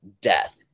death